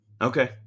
Okay